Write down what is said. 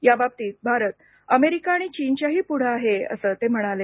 याबाबतीत भारत अमेरिका आणि चीनच्याही पुढे आहे असं ते म्हणाले